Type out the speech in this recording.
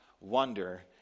wonder